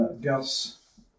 Gus